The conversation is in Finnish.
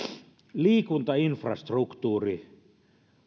liikuntainfrastruktuuri